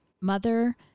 Mother